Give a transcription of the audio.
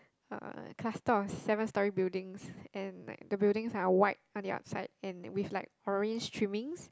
uh cluster of seven storey buildings and like the buildings are white on the outside and with like orange trimmings